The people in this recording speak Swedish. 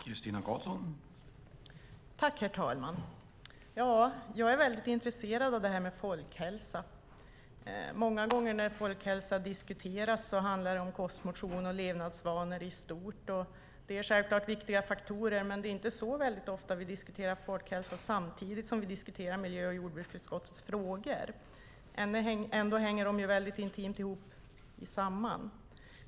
Herr talman! Jag är väldigt intresserad av folkhälsa. Många gånger när folkhälsa diskuteras handlar det om kost, motion och levnadsvanor i stort. Det är självklart viktiga faktorer, men det är inte så ofta som vi diskuterar folkhälsa samtidigt som vi diskuterar miljö och jordbruksutskottets frågor. Ändå hänger detta intimt samman.